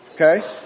okay